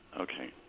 Okay